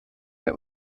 der